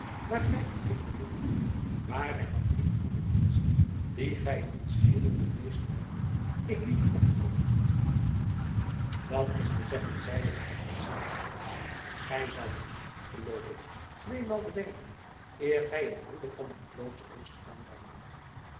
waar gij u mede bemoeit ware het niet om den dienst dien gij ons heden bewezen hebt ik liet u opknoopen dat is te zeggen zeide de abt van sint odulf gij zoudt u geloof ik tweemaal bedenken eer gij een broeder van mijn klooster dorst aanranden